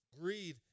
greed